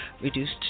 reduced